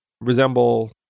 resemble